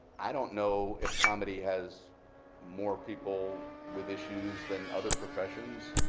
i don't know if comedy has more people with issues than other professions.